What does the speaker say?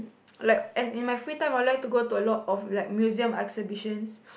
like as in in my free I like to go to a lot of museum exhibitions